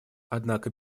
однако